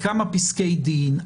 בכמה פסקי דין,